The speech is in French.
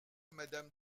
madame